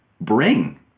Bring